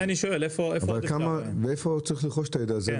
מאיפה צריך לרכוש את הידע הזה,